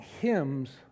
hymns